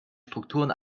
strukturen